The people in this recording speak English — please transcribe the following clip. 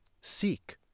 seek